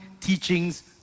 teachings